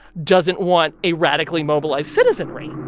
doesn't want a radically mobilized citizenry